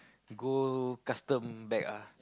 go custom back ah